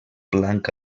blanc